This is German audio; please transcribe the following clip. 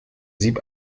sieb